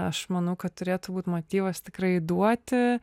aš manau kad turėtų būt motyvas tikrai duoti